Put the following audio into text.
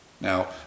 Now